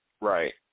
Right